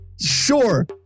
Sure